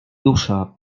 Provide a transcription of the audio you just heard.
dusza